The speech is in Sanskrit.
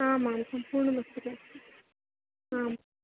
आम् आम् सम्पूर्णमस्तके अस्ति आम्